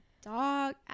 dog